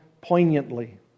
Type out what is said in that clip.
poignantly